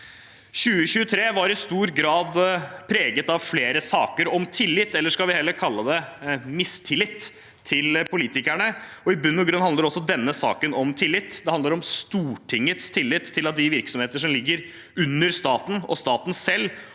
2023 var i stor grad preget av flere saker om tillit – eller skal vi heller kalle det mistillit – til politikerne. I bunn og grunn handler også denne saken om tillit. Det handler om Stortingets tillit til at de virksomheter som ligger under staten, og staten selv,